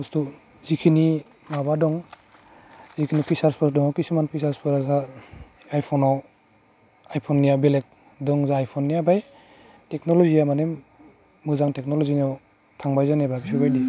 बस्थु जिखिनि माबा दं जेखिनि फिसार्चफोर दङ किसुमान फिसार्चफोरा आइफनाव आइफननिया बेलेग दं जोंहा आइफननिया ओमफ्राय टेक्न'ल'जिया माने मोजां टेक्न'ल'जियाव थांबाय जेनेबा बेफोरबायदि